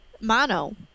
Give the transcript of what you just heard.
mono